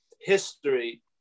history